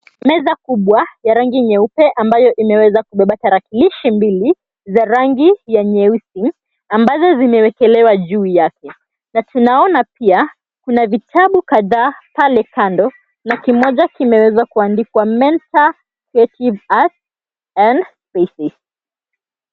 Meza kubwa ya rangi nyeupe ambayo imeweza kubeba tarakilishi mbili za rangi ya nyeusi ambazo zimewekelewa juu yake na tunaona. Pia kuna vitabu kadhaa pale kando na kimoja kimeweza kuandikwa Mental Health .